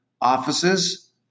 offices